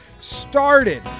started